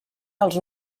dels